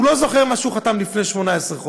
והוא לא זוכר את מה שהוא חתם עליו לפני 18 חודש.